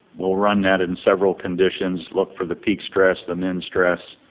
we'll run that in several conditions, look for the peak stress, the min stress,